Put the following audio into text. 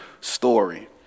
story